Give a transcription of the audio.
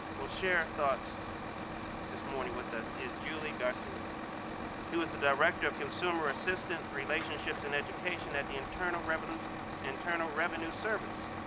will share thoughts this morning with us is julie garcia who is the director of consumer assistance, relationships, and education at the internal revenue internal revenue service.